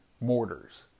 Mortars